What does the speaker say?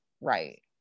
right